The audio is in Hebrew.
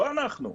לא אנחנו,